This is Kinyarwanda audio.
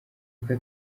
bwa